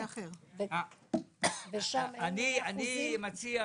אני מציע,